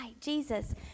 Jesus